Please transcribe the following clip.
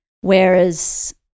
Whereas